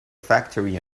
factory